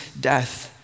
death